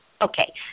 Okay